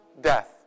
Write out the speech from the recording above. death